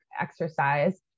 exercise